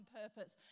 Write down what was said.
purpose